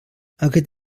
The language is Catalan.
aquest